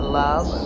love